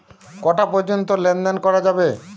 কটা পর্যন্ত লেন দেন করা যাবে?